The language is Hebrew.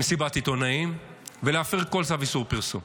מסיבת עיתונאים ולהפר כל צו איסור פרסום.